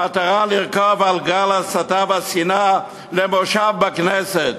במטרה לרכוב על גל ההסתה והשנאה למושב בכנסת,